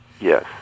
Yes